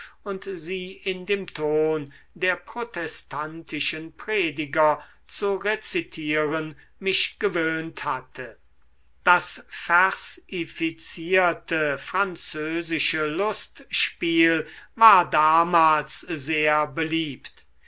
und sie in dem ton der protestantischen prediger zu rezitieren mich gewöhnt hatte das versifizierte französische lustspiel war damals sehr beliebt